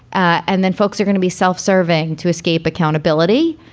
and then folks are going to be self-serving to escape accountability.